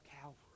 Calvary